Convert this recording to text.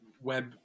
web